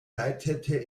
leitete